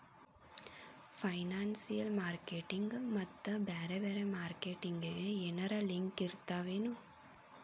Financial marketing ಮತ್ತ ಬ್ಯಾರೆ ಬ್ಯಾರೆ ಮಾರ್ಕೆಟಿಂಗ್ ಗೆ ಏನರಲಿಂಕಿರ್ತಾವೆನು?